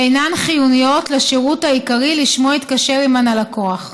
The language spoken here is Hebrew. שאינן חיוניות לשירות העיקרי שלשמו התקשר עימן הלקוח,